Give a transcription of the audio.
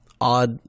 odd